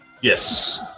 yes